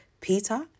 Peter